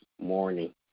morning